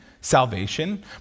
salvation